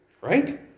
right